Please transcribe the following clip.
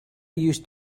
used